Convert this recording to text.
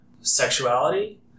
sexuality